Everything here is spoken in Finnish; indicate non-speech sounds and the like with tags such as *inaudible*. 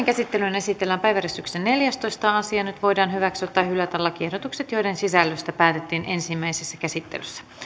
*unintelligible* käsittelyyn esitellään päiväjärjestyksen neljästoista asia nyt voidaan hyväksyä tai hylätä lakiehdotukset joiden sisällöstä päätettiin ensimmäisessä käsittelyssä